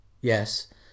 yes